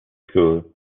school